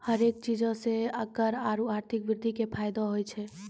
हरेक चीजो से कर आरु आर्थिक वृद्धि के फायदो होय छै